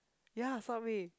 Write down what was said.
ya subway